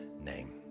name